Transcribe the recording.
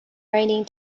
raining